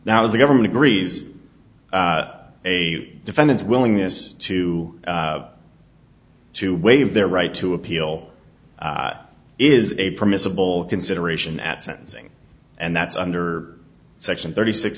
that was the government agrees a defendant's willingness to to waive their right to appeal is a permissible consideration at sentencing and that's under section thirty six